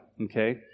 okay